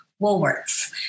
woolworths